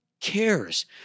cares